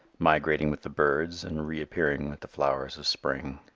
migrating with the birds and reappearing with the flowers of spring.